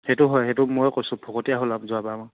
সেইটো হয় সেইটো মই কৈছোঁ ফকতীয়া হ'ল আৰু যোৱাবাৰ